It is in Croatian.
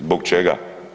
Zbog čega?